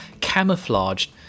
camouflaged